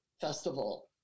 festival